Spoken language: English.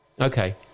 Okay